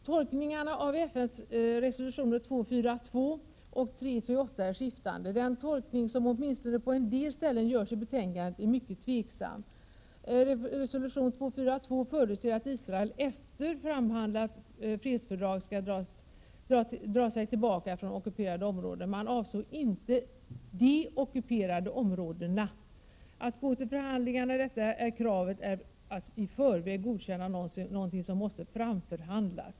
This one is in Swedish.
Tolkningarna av FN:s resolutioner 242 och 338 är skiftande. Den tolkning som åtminstone görs på en del ställen i betänkandet är mycket tvivelaktig. I resolution 242 förutses att Israel efter framförhandlat fredsfördrag skall dra sig tillbaka från ockuperade områden. Man avser inte de ockuperade Prot. 1987/88:129 områdena. Att gå till förhandlingar när detta är kravet är att i förväg 30 maj 1988 godkänna någonting som måste framförhandlas.